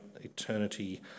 eternity